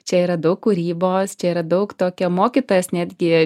čia yra daug kūrybos čia yra daug tokio mokytojas netgi